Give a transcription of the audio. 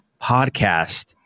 podcast